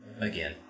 Again